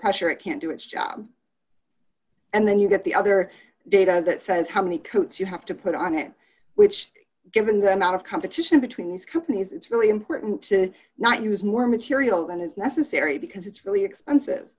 pressure it can't do its job and then you get the other data that says how many coats you have to put on it which given the amount of competition between these companies it's really important to not use more material than is necessary because it's really expensive